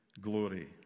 glory